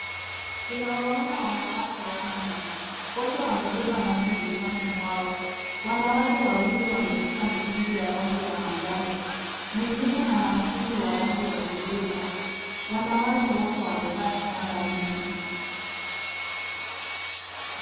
Tunawaona wanawake wanne. Wote wamebeba maji vichwani mwao. Wanawake wawili wameshika mitungi ya rangi ya manjano. Mwingine ana mtungi wa rangi ya kijivu. Wanawake wote wamevaa shanga nyingi.